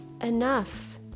Enough